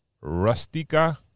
Rustica